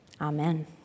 Amen